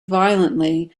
violently